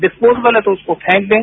disposable है तो उसको फेंक दें